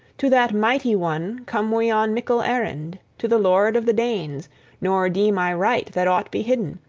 to that mighty-one come we on mickle errand, to the lord of the danes nor deem i right that aught be hidden.